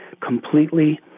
completely